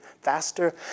faster